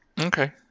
Okay